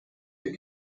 der